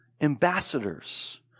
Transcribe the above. ambassadors